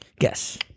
Yes